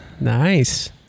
Nice